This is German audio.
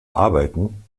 arbeiten